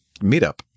meetup